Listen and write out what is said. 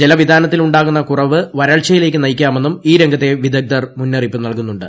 ജലവിതാനത്തിലു ണ്ടാകുന്ന കുറവ് വരൾച്ചയിലേക്ക് നയിക്കാമെന്നും ഈ രംഗത്തെ വിദഗ്ധർ മുന്നറിയിപ്പ് നൽകുന്നുണ്ട്